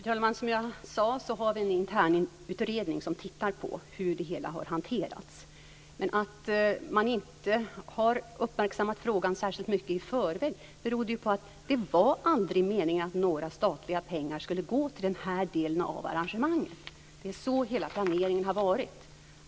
Fru talman! Som jag sade har vi en internutredning som tittar på hur det hela har hanterats. Men att man inte har uppmärksammat frågan särskilt mycket i förväg berodde ju på att det aldrig var meningen att några statliga pengar skulle gå till denna del av arrangemanget. Det är så hela planeringen har varit.